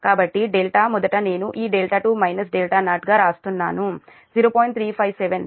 కాబట్టి δ మొదట నేను ఈ δ2 δ0 గా వ్రాస్తున్నాను అది 0